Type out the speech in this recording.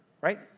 right